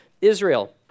Israel